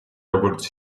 როგორც